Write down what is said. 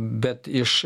bet iš